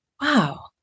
wow